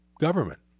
government